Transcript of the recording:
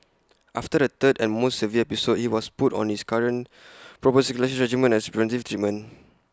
after the third and most severe episode he was put on his current prophylaxis regimen as A preventive treatment